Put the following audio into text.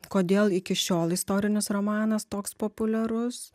kodėl iki šiol istorinis romanas toks populiarus